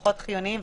פחות חיוניים,